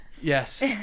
Yes